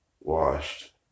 washed